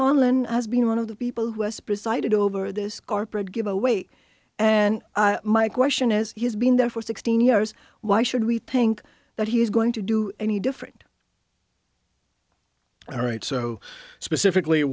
conlon as being one of the people who has presided over this corporate give away and my question is he's been there for sixteen years why should we think that he's going to do any different all right so specifically